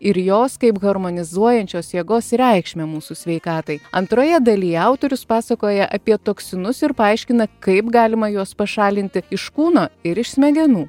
ir jos kaip harmonizuojančios jėgos reikšmę mūsų sveikatai antroje dalyje autorius pasakoja apie toksinus ir paaiškina kaip galima juos pašalinti iš kūno ir iš smegenų